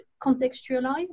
contextualized